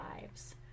lives